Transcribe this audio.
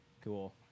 Cool